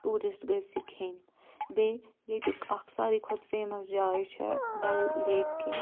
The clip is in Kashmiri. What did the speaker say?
ٹیٛوٗرسٹہٕ گٔژھ یہِ کھیٚنۍ بیٚیہِ ییٚتُک اَکھ ساری کھۄتہٕ فیٚمس جاے چھِ ڈل لیک کِنۍ